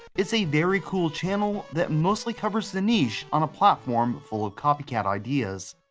it's a very cool channel that mostly covers the niche on a platform full of copycat ideas.